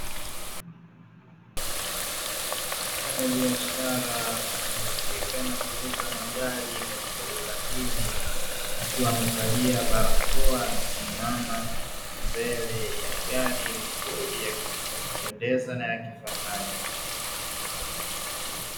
Mfanyabiashara anayehusika na kuuza magari katika duka hili, akiwa amevalia barakoa amesimama mbela ya gari nzuri ya kupendeza na ya kifahari.